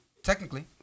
Technically